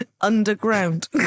Underground